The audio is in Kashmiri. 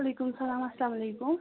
وعلیکُم سَلام اسلامُ علیکُم